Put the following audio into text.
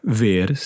ver